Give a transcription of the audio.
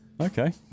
Okay